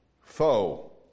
Foe